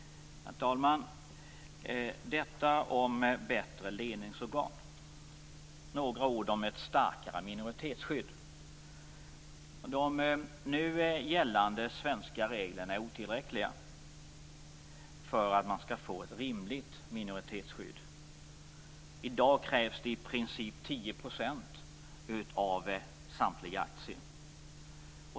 Herr talman! Detta om bättre ledningsorgan. Sedan vill jag säga några ord om ett starkare minoritetsskydd. De nu gällande svenska reglerna är otillräckliga för att man skall få ett rimligt minoritetsskydd. I dag krävs det i princip 10 % av samtliga aktier.